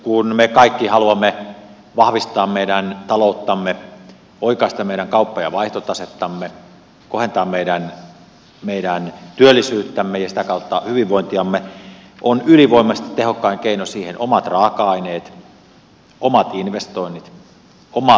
kun me kaikki haluamme vahvistaa meidän talouttamme oikaista meidän kauppa ja vaihtotasettamme kohentaa meidän työllisyyttämme ja sitä kautta hyvinvointiamme on ylivoimaisesti tehokkain keino siihen omat raaka aineet omat investoinnit oma tutkimus ja kehitystyö ja oma työ